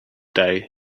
day